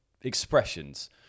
expressions